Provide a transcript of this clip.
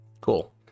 Cool